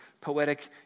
poetic